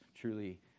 truly